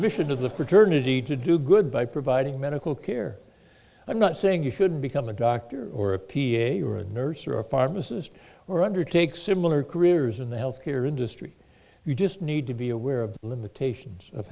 mission of the fraternity to do good by providing medical care i'm not saying you should become a doctor or a ph or a nurse or a pharmacist or undertake similar careers in the healthcare industry you just need to be aware of the limitations of